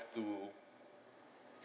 to